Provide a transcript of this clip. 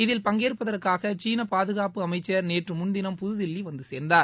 இதில் பங்கேற்பதற்காக சீன பாதுகாப்பு அமைச்சர் நேற்று முன் தினம் புதுதில்லி வந்து சேர்ந்தார்